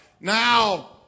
Now